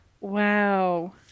Wow